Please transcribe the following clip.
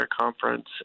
conference